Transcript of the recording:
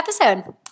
episode